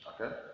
Okay